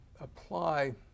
apply